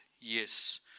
Yes